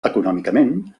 econòmicament